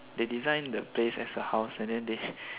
they design the place as a house and then they